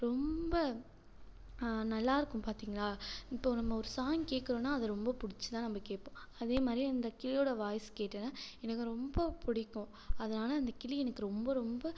ரொம்ப நல்லா இருக்கும் பார்த்தீங்களா இப்போ நம்ம ஒரு சாங் கேட்குறோன்னா அது ரொம்பப் பிடிச்சு தான் நம்ம கேட்போம் அதே மாதிரி அந்தக் கிளியோடய வாய்ஸ் கேட்டோன்னா எனக்கு ரொம்பப் பிடிக்கும் அதனால் அந்தக் கிளி எனக்கு ரொம்ப ரொம்ப